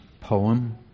poem